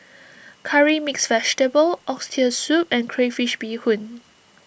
Curry Mixed Vegetable Oxtail Soup and Crayfish BeeHoon